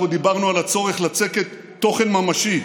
אנחנו דיברנו על הצורך לצקת תוכן ממשי,